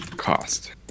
cost